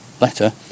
letter